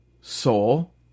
soul